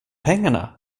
pengarna